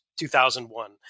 2001